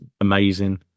amazing